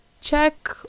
check